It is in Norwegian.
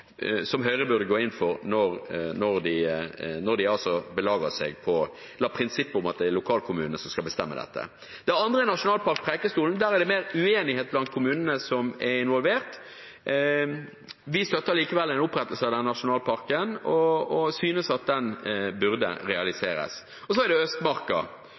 som Høyre burde gå inn for når de betoner prinsippet om at det er kommunene som skal bestemme dette. Det andre er Preikestolen nasjonalpark. Der er det mer uenighet blant kommunene som er involvert. Vi støtter likevel en opprettelse av den nasjonalparken og synes at den burde realiseres. Så er det Østmarka,